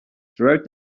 throughout